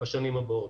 בשנים הבאות.